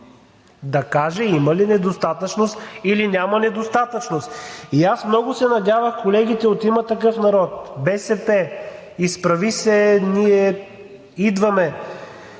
Да каже има ли недостатъчност, или няма недостатъчност. Много се надявах колегите от „Има такъв народ“, БСП, „Изправи се БГ! Ние идваме!“